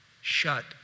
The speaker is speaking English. shut